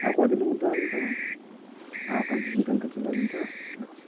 আর কদিনের মধ্যে আসবেন তা তাও ও কাল বিকালে চলে আসবেন তো আচ্ছা